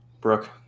brooke